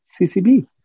CCB